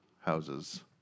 houses